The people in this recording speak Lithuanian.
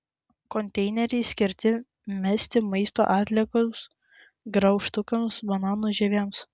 konteineriai skirti mesti maisto atliekoms graužtukams bananų žievėms